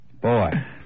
Boy